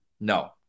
no